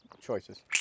choices